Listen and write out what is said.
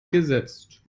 gesetzt